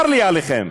צר לי עליכם.